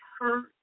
hurt